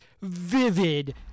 vivid